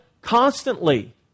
constantly